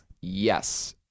Yes